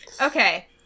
Okay